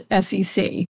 SEC